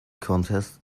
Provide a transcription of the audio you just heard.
contest